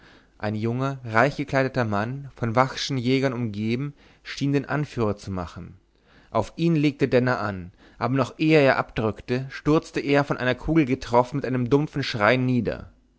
ein junger reichgekleideten mann von vachschen jägern umgeben schien den anführer zu machen auf ihn legte denner an aber noch ehe er abdrückte stürzte er von einer kugel getroffen mit einem dumpfen schrei nieder